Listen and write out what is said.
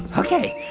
ok.